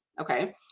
okay